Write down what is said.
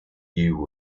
new